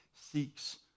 seeks